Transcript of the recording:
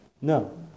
No